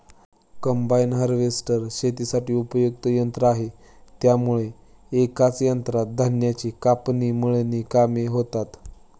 combine harvester शेतीसाठी उपयुक्त यंत्र आहे त्यामुळे एकाच यंत्रात धान्याची कापणी, मळणी कामे होतात